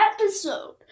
episode